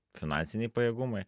finansiniai pajėgumai